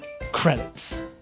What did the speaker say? Credits